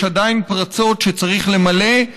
יש עדיין פרצות שצריך למלא,